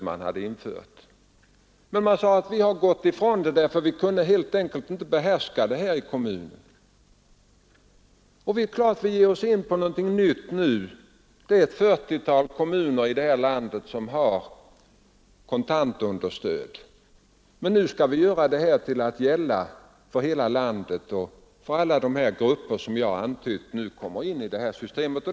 Men, sade man, vi har redan gått ifrån stödet därför att vi kunde helt enkelt inte behärska det i kommunen. Det är klart att vi ger oss in på något nytt nu. Det är endast ett 40-tal kommuner som tillämpar systemet med kontantunderstöd, men nu skall vi utvidga det till att gälla för hela landet, och alla de grupper som jag har nämnt kommer in i systemet.